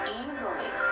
easily